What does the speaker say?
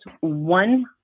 one